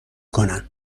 کنن